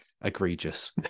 egregious